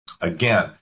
Again